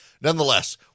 Nonetheless